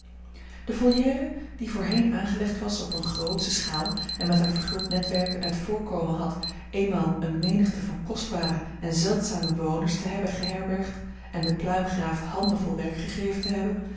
de volière die voorheen aangelegd was op eene grootsche schaal en met haar verguld netwerk het voorkomen had eenmaal eene menigte van kostbare en zeldzame bewoners te hebben geherbergd en den pluimgraaf handen vol werk gegeven te hebben